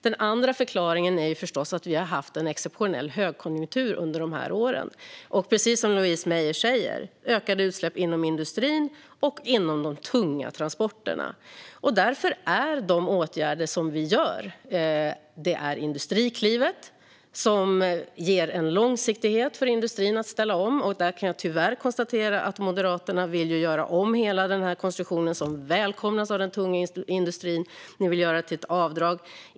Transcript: Den andra förklaringen är förstås att vi har haft en exceptionell högkonjunktur under de här åren. Precis som Louise Meijer säger innebär det ökade utsläpp inom industrin och de tunga transporterna. En av åtgärderna vi genomför är Industriklivet, som ger en långsiktighet för industrin att ställa om. Jag kan tyvärr konstatera att Moderaterna vill göra om hela den här konstruktionen, som välkomnas av den tunga industrin, till ett avdrag.